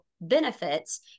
benefits